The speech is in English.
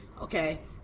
okay